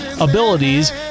abilities